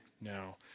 now